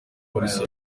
polisi